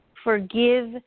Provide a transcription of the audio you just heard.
Forgive